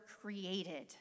created